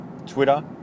twitter